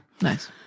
nice